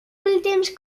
últims